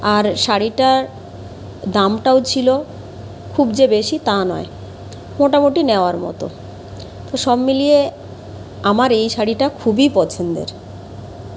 আর শাড়িটার দামটাও ছিল খুব যে বেশি তা নয় মোটামুটি নেওয়ার মতো তো সব মিলিয়ে আমার এই শাড়িটা খুবই পছন্দের